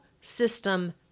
system